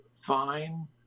fine